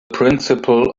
principle